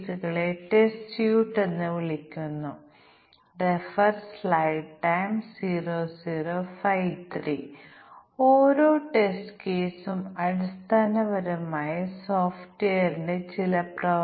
തുല്യതാ ക്ലാസ് വിഭജനത്തിൽ നിങ്ങൾ ഓർക്കുന്നുവെങ്കിൽ ഞങ്ങൾ ഇൻപുട്ട് ഡാറ്റയെ ക്ലാസുകളായി മാതൃകയാക്കുന്നു തുടർന്ന് ക്ലാസ്സിലെ എല്ലാ മൂല്യങ്ങളും പരീക്ഷിക്കുന്നതുപോലെ ഓരോ ക്ലാസ്സിൽ നിന്നും ഒരു മൂല്യം പരീക്ഷിക്കുന്നത് നല്ലതാണ്